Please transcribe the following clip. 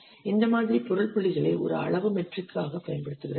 இந்த மாதிரி பொருள் புள்ளிகளை ஒரு அளவு மெட்ரிக்காக பயன்படுத்துகிறது